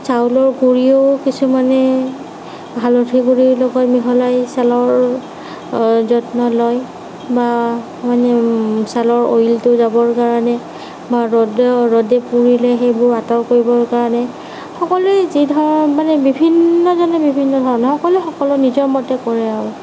চাউলৰ গুৰিও কিছুমানে হালধী গুৰিৰ লগত মিহলাই চেলাউৰিৰ যত্ন লয় বা মানে চেলাউৰি গজাবৰ কাৰণে বা ৰ'দে ৰ'দে পুৰিলে সেইবোৰ আঁতৰ কৰিবৰ কাৰণে সকলোৱে যিধৰণে মানে বিভিন্নজনে বিভিন্ন ধৰণে সকলোৱে সকলো নিজৰ মতে কৰে আৰু